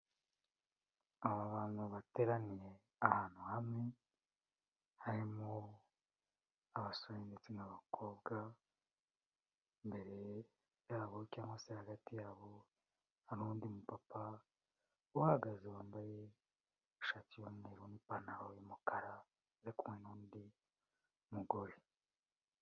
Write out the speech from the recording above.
Aba bantu bateraniye ahantu hamwe, harimo abasore ndetse n'abakobwa, imbere yabo cyangwa se hagati yabo, hari undi mupapa uhahagaze wambaye ishati y'umweru n'ipantaro y'umukara, ari kumwe n'undi mugore.